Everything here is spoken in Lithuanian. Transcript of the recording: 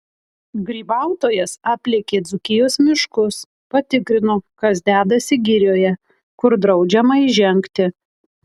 grybautojas aplėkė dzūkijos miškus patikrino kas dedasi girioje kur draudžiama įžengti